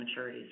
maturities